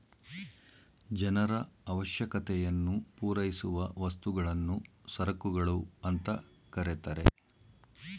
ಜನರ ಅವಶ್ಯಕತೆಯನ್ನು ಪೂರೈಸುವ ವಸ್ತುಗಳನ್ನು ಸರಕುಗಳು ಅಂತ ಕರೆತರೆ